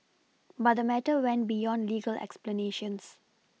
but the matter went beyond legal explanations